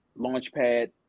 Launchpad